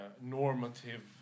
normative